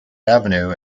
avenue